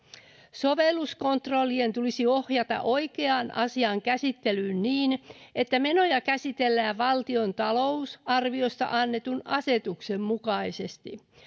sovelluskontrollien tulisi ohjata oikeaan asiankäsittelyyn niin että menoja käsitellään valtion talousarviosta annetun asetuksen mukaisesti